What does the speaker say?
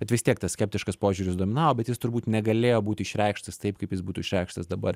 bet vis tiek tas skeptiškas požiūris dominavo bet jis turbūt negalėjo būti išreikštas taip kaip jis būtų išreikštas dabar